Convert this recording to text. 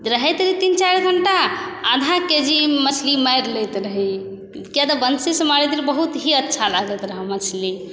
रहैत रही तीन चारि घण्टा आधा केजी मछली मारि लैत रही किएक तऽ बंशीसँ मारैत रही बहुत ही अच्छा लागैत रहै मछली